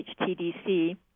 HTDC